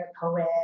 poet